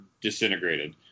disintegrated